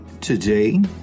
Today